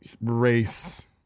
race